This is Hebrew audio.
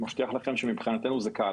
אני מבטיח לכם שמבחינתנו זה קל.